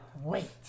Wait